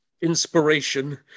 inspiration